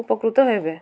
ଉପକୃତ ହେବେ